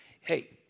Hey